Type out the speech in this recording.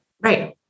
right